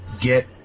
get